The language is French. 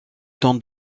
tante